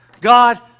God